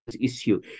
issue